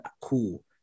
cool